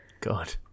God